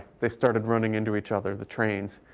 they started running into each other, the trains.